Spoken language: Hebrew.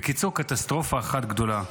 בקיצור, קטסטרופה אחת גדולה.